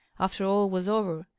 after all was over,